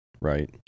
right